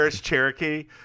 Cherokee